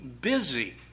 busy